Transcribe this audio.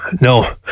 no